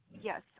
Yes